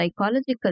psychological